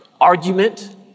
argument